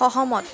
সহমত